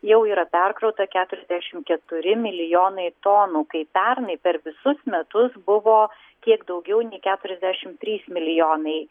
jau yra perkrauta keturiasdešim keturi milijonai tonų kai pernai per visus metus buvo kiek daugiau nei keturiasdešim trys milijonai